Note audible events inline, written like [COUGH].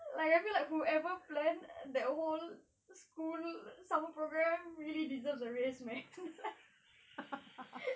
like I feel like whoever planned that whole school summer program really deserve a raise man [LAUGHS]